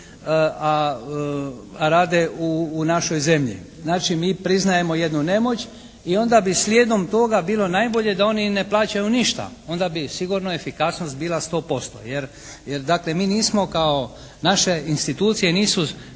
a rade u našoj zemlji. Znači, mi priznajemo jednu nemoć i onda bi slijedom toga bilo najbolje da oni i ne plaćaju ništa. Onda bi sigurno efikasnost bila 100%. Jer dakle mi nismo, kao naše institucije nisu